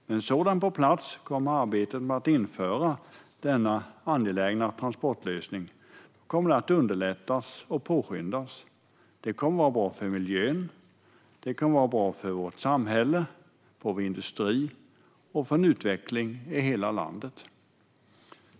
Med en sådan på plats kommer arbetet med att införa denna angelägna transportlösning att kunna underlättas och påskyndas. Det kommer att vara bra för miljön, och det kommer att vara bra för vårt samhälle, för vår industri och för en utveckling i hela landet.